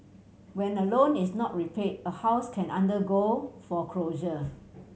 when a loan is not repay a house can undergo foreclosure